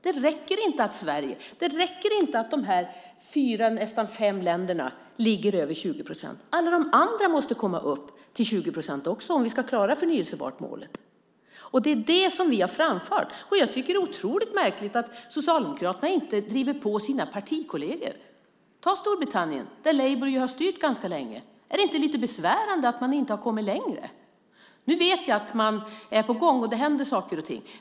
Det räcker inte att dessa fyra, nästan fem, länderna ligger över 20 procent. Alla de andra måste komma upp till 20 procent också om vi ska klara målet om andelen förnybart. Det är det som vi har framfört. Jag tycker att det otroligt märkligt att Socialdemokraterna inte driver på sina partikolleger. I Storbritannien har Labour styrt ganska länge. Är det inte lite besvärande att man inte har kommit längre? Nu vet jag att man är på gång och att det händer saker och ting.